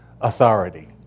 authority